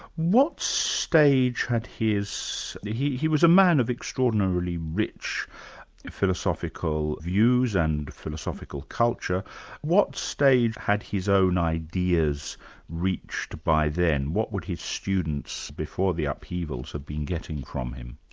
what stage had his he he was a man of extraordinarily rich philosophical views and philosophical culture what stage had his own ideas reached by then? what would his students before the upheavals, have been getting from him?